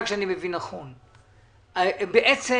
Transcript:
בעצם